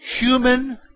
human